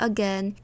Again